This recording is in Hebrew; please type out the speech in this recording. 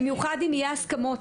במיוחד אם יהיו הסכמות.